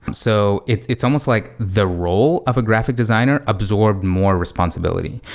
and so it's it's almost like the role of a graphic designer absorbed more responsibility.